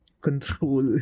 control